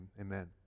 Amen